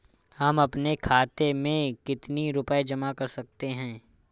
हम अपने खाते में कितनी रूपए जमा कर सकते हैं?